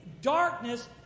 Darkness